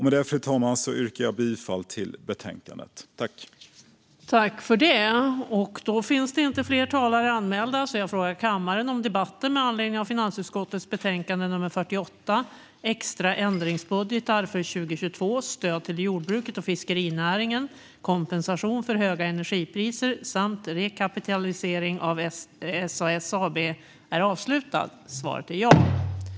Med detta, fru talman, yrkar jag bifall till utskottets förslag i betänkandet.